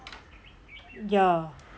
ya